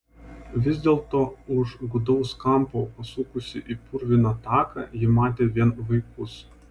vis dėlto už gūdaus kampo pasukusi į purviną taką ji matė vien vaikus